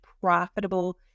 profitable